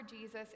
Jesus